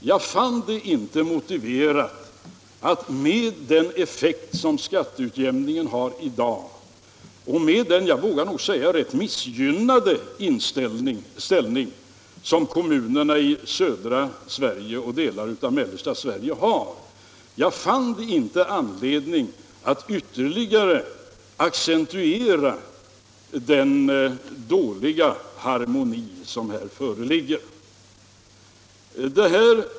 Jag fann det inte motiverat att med den effekt som skatteutjämningen har i dag, och med — vågar jag nog säga — den rätt missgynnade ställning som kommunerna i södra Sverige och delar av mellersta Sverige har, ytterligare accentuera den dåliga harmoni som härvidlag föreligger.